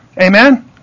Amen